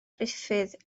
ruffydd